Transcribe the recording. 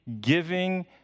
giving